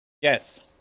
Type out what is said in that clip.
Yes